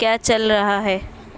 کیا چل رہا ہے